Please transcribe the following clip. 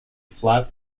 flat